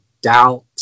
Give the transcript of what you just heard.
doubt